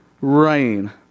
rain